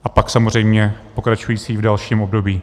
A pak samozřejmě pokračující v dalším období.